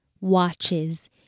watches